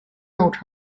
调查